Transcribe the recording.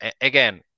Again